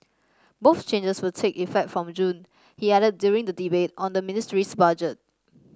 both changes will take effect from June he added during the debate on the ministry's budget